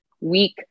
week